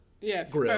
Yes